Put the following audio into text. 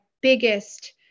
biggest